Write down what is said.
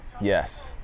Yes